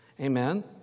Amen